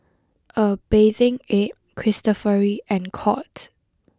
a Bathing Ape Cristofori and Courts